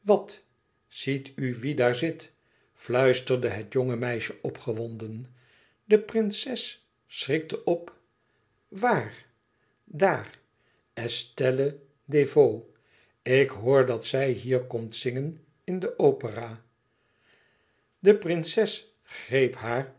ziet u wie daar zit fluisterde het jonge meisje opgewonden de prinses schrikte op waar daar estelle desvaux ik hoor dat zij hier komt zingen in de opera de prinses greep haar